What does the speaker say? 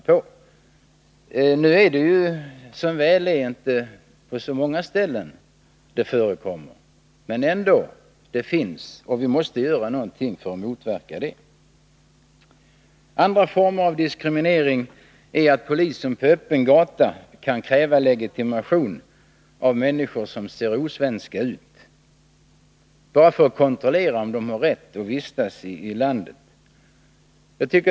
Som väl är förekommer inte diskriminering på så många ställen, men den finns, och vi måste göra någonting för att motverka den. En annan form av diskriminering är att polisen på öppen gata kan kräva legitimation av människor som ser osvenska ut, bara för att kontrollera om de har rätt att vistas i landet.